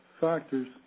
factors